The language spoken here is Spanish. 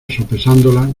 sopesándolas